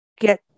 get